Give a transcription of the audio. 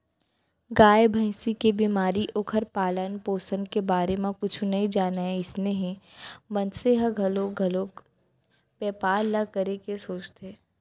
गाय, भँइसी के बेमारी, ओखर पालन, पोसन के बारे म कुछु नइ जानय अइसन हे मनसे ह घलौ घलोक बैपार ल करे के सोचथे